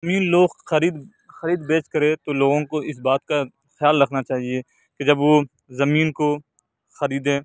زمین لوگ خرید خرید بیچ کریں تو لوگوں کو اس بات کا خیال رکھنا چاہیے کہ جب وہ زمین کو خریدیں